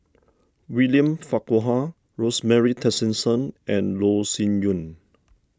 William Farquhar Rosemary Tessensohn and Loh Sin Yun